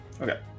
Okay